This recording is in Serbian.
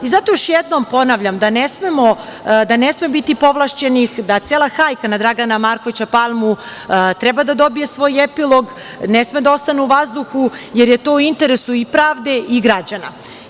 Zato još jednom ponavljam da ne sme biti povlašćenih, da cela hajka na Dragana Markovića Palmu treba da dobije svoj epilog, ne sme da ostane u vazduhu, jer je to u interesu i pravde i građana.